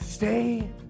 stay